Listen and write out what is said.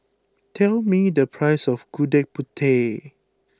tell me the price of Gudeg Putih